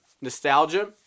nostalgia